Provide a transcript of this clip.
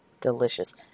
delicious